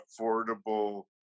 Affordable